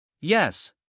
Yes